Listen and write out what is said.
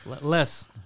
Less